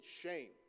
shame